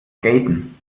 skaten